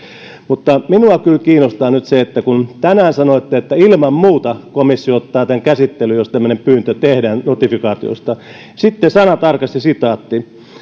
mutta minua kyllä kiinnostaa nyt se että tänään sanoitte että ilman muuta komissio ottaa tämän käsittelyyn jos tämmöinen pyyntö notifikaatiosta tehdään sitten on sanatarkka sitaatti